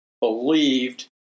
believed